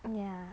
um ya